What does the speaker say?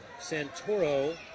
Santoro